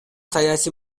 саясий